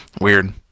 Weird